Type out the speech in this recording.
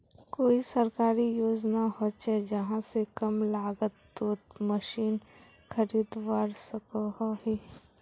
कोई सरकारी योजना होचे जहा से कम लागत तोत मशीन खरीदवार सकोहो ही?